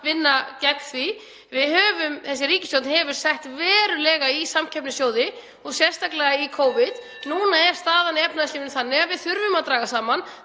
vinna gegn því. Þessi ríkisstjórn hefur bætt verulega í samkeppnissjóði og sérstaklega í Covid. Núna er staðan í efnahagslífinu þannig að við þurfum að draga saman.